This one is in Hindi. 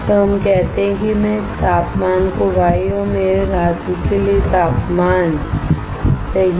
तो हम कहते हैं कि मैं इस तापमान को Y और मेरे धातु के लिए तापमान कहता हूंसही